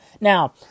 Now